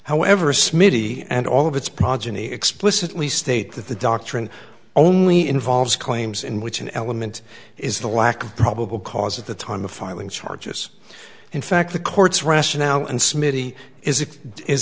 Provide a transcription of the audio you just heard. however smitty and all of its progeny explicitly state that the doctrine only involves claims in which an element is the lack of probable cause at the time of filing charges in fact the court's rationale and smitty is it is